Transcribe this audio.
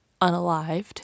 unalived